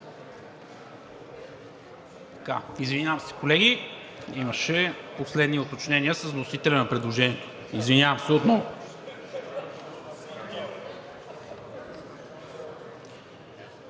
Извинявам се, колеги. Имаше последни уточнения с вносителя на предложението. Извинявам се